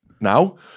now